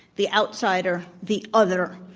the outsider, the other